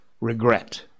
regret